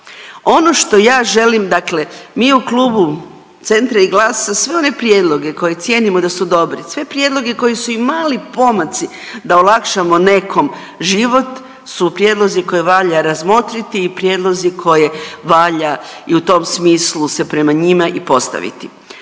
Ono što ja želim, dakle mi u Klubu Centra i GLAS-a sve one prijedloge koje cijenimo da su dobri, sve prijedloge koji su i mali pomaci da olakšamo nekom život su prijedlozi koje valja razmotriti i prijedlozi koje valja i u tom smislu se prema njima i postaviti.